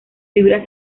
fibra